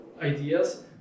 ideas